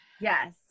yes